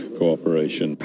cooperation